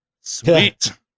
Sweet